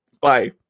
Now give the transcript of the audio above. Bye